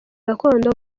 gakondo